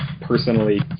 personally